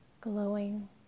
Glowing